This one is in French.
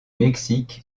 mexique